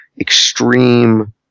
extreme